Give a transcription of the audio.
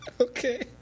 Okay